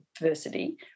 diversity